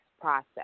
process